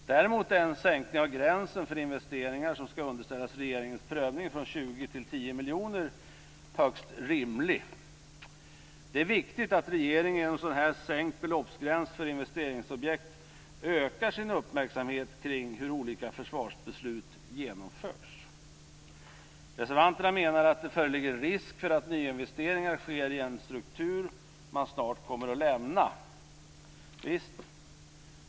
Däremot är en sänkning av gränsen för investeringar som skall underställas regeringens prövning från 20 till 10 miljoner högst rimlig. Det är viktigt att regeringen genom en sådan sänkt beloppsgräns för investeringsobjekt ökar sin uppmärksamhet kring hur olika försvarsbeslut genomförs. Reservanterna menar att det föreligger risk för att nyinvesteringar sker i en struktur som man snart kommer att lämna.